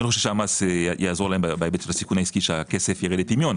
אני חושב שהמס יעזור להם בהיבט של הסיכון העסקי שהכסף יירד לטמיון.